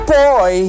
boy